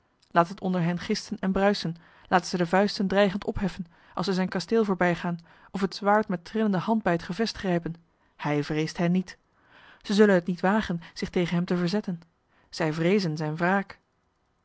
laat het onder hen gisten en bruisen laten zij de vuisten dreigend opheffen als zij zijn kasteel voorbijgaan of het zwaard met trillende hand bij het gevest grijpen hij vreest hen niet zij zullen het niet wagen zich tegen hem te verzetten zij vreezen zijne wraak